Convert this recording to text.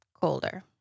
colder